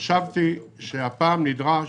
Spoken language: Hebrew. חשבתי שהפעם נדרש,